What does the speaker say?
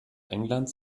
englands